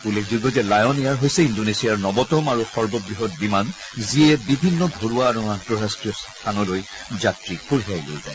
উল্লেখযোগ্য যে Lion Air হৈছে ইণ্ডোনেছিয়াৰ নৱতম আৰু সৰ্ববৃহৎ বিমান যিয়ে বিভিন্ন ঘৰুৱা আৰু আন্তঃৰাষ্টীয় স্থানলৈ যাত্ৰী কঢ়িয়ায়